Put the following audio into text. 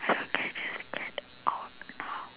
I swear can we just get out now